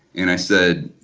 and i said,